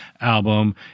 album